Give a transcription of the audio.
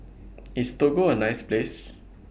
IS Togo A nice Place